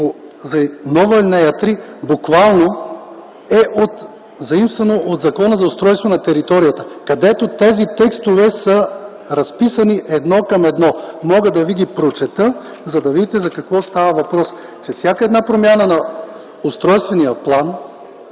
за нова ал. 3 буквално е заимствано от Закона за устройство на територията, където тези текстове са разписани едно към едно. Мога да ви ги прочета, за да видите за какво става въпрос – всяка една промяна на устройствения план,